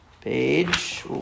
page